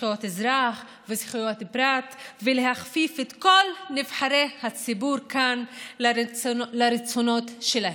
זכויות אזרח וזכויות פרט ולהכפיף את כל נבחרי הציבור כאן לרצונות שלהם.